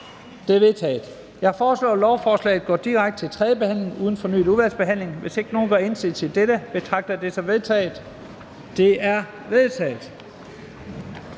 Det er vedtaget. Jeg foreslår, at lovforslaget går direkte til tredje behandling uden fornyet udvalgsbehandling. Hvis ingen gør indsigelse mod dette, betragter jeg det som vedtaget. Det er vedtaget.